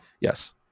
Yes